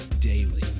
daily